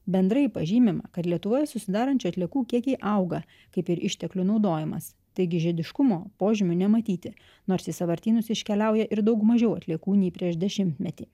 bendrai pažymima kad lietuvoje susidarančių atliekų kiekiai auga kaip ir išteklių naudojimas taigi žiediškumo požymių nematyti nors į sąvartynus iškeliauja ir daug mažiau atliekų nei prieš dešimtmetį